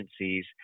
agencies